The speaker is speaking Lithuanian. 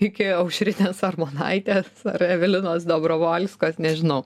iki aušrinės armonaitės ar evelinos dobrovolskos nežinau